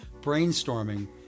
brainstorming